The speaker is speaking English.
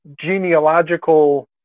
genealogical